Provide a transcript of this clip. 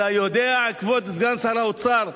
אתה יודע, כבוד סגן שר האוצר,